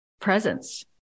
presence